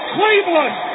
Cleveland